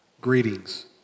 greetings